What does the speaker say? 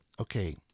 Okay